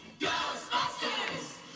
Ghostbusters